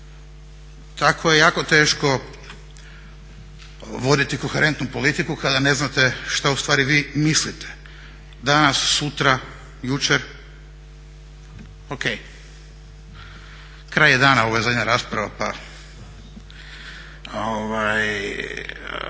Tako je jako teško voditi koherentnu politiku kada ne znate što ustvari vi mislite danas, sutra, jučer. Ok, kraj je dana, ovo je zadnja rasprava pa